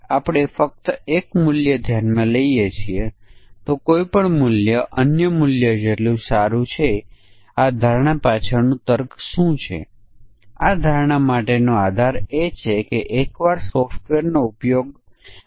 જો આપણે બે પરિમાણો જોઈએ તો એક મૂળ રકમ છે અને બીજો થાપણનો સમયગાળો છે